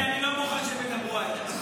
אדוני, אני לא מוכן שהם ידברו עליי.